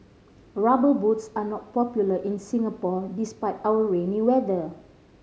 Rubber Boots are not popular in Singapore despite our rainy weather